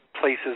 places